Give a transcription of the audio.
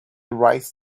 writes